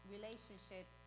relationship